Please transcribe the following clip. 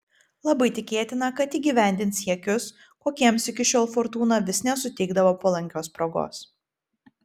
labai tikėtina kad įgyvendins siekius kokiems iki šiol fortūna vis nesuteikdavo palankios progos